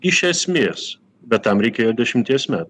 iš esmės bet tam reikėjo dešimties metų